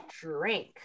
drink